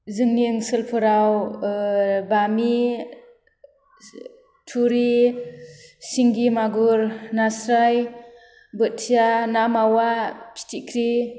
जोंनि ओनसोलफोराव बामि थुरि सिंगि मागुर नास्राइ बोथिया ना मावा फिथिख्रि